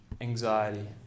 Anxiety